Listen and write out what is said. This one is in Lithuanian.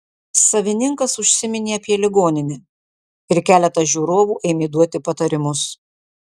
savininkas užsiminė apie ligoninę ir keletas žiūrovų ėmė duoti patarimus